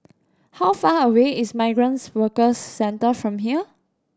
how far away is Migrants Workers Centre from here